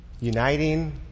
uniting